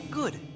good